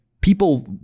people